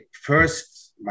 first